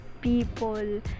people